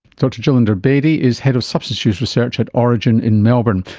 dr gillinder bedi is head of substance use research at orygen in melbourne,